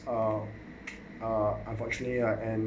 um uh unfortunately uh and